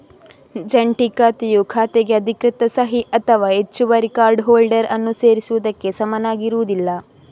ಜಂಟಿ ಖಾತೆಯು ಖಾತೆಗೆ ಅಧಿಕೃತ ಸಹಿ ಅಥವಾ ಹೆಚ್ಚುವರಿ ಕಾರ್ಡ್ ಹೋಲ್ಡರ್ ಅನ್ನು ಸೇರಿಸುವುದಕ್ಕೆ ಸಮನಾಗಿರುವುದಿಲ್ಲ